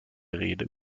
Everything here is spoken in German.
rede